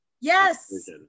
yes